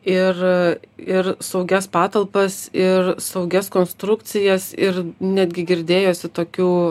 ir ir saugias patalpas ir saugias konstrukcijas ir netgi girdėjosi tokių